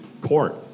court